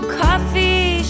coffee